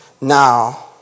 now